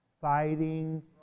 fighting